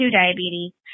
diabetes